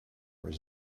was